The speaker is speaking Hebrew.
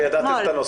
אבל ידעתם את הנושא.